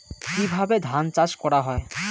কিভাবে ধান চাষ করা হয়?